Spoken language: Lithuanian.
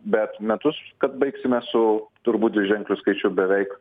bet metus baigsime su turbūt dviženkliu skaičiu beveik